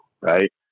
Right